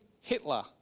Hitler